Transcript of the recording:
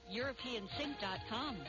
europeansync.com